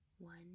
one